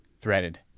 threaded